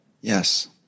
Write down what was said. Yes